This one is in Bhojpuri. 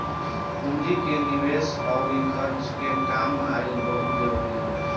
पूंजी के निवेस अउर खर्च के काम कईल बहुते जरुरी हवे